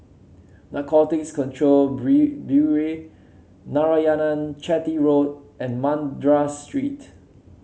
Narcotics Control Bureau Narayanan Chetty Road and Madras Street